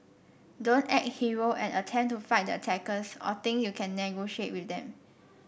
don't act hero and attempt to fight the attackers or think you can negotiate with them